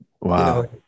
Wow